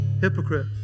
hypocrite